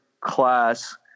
class